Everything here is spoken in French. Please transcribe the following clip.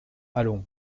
allons